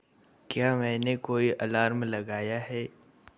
क्या मैंने कोई अलार्म लगाया है